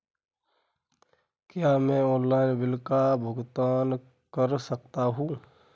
क्या मैं online bill का भुगतान कर सकता हूँ?